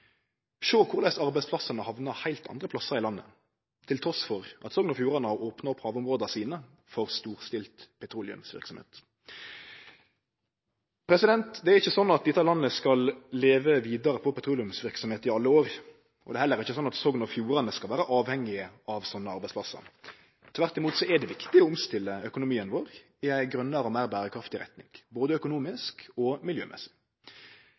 sjå korleis arbeidsplassane hamnar heilt andre plassar i landet, trass i at Sogn og Fjordane har opna opp havområda sine for ei storstilt petroleumsverksemd. Det er ikkje slik at dette landet skal leve vidare på petroleumsverksemd i alle år. Det er heller ikkje slik at Sogn og Fjordane skal vere avhengig av slike arbeidsplassar. Tvert imot er det viktig å omstille økonomien vår i ei grønare og meir berekraftig retning, både økonomisk og miljømessig.